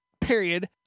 period